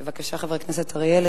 בבקשה, חבר הכנסת אריאל.